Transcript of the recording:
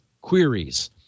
Queries